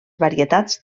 varietats